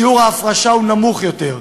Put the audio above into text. שיעור ההפרשה נמוך יותר,